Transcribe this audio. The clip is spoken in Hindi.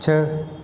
छः